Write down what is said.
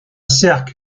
sercq